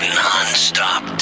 nonstop